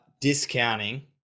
discounting